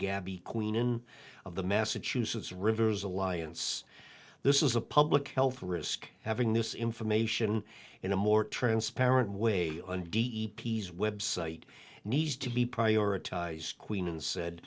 gabby queenan of the massachusetts rivers alliance this is a public health risk having this information in a more transparent way and d e p's website needs to be prioritized queenan said